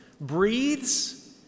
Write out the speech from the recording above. breathes